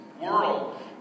world